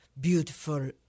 beautiful